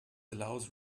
allows